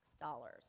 dollars